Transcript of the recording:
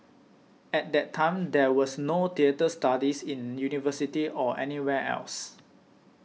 at that time there was no theatre studies in university or anywhere else